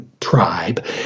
tribe